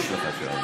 יש לך שעון.